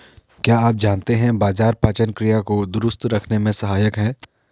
क्या आप जानते है बाजरा पाचन क्रिया को दुरुस्त रखने में सहायक हैं?